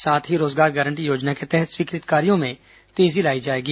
साथ ही रोजगार गारंटी योजना के तहत स्वीकृत कार्यों में तेजी लाई जाएगी